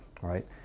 right